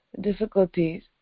difficulties